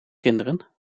kinderen